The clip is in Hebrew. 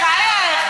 בחייך.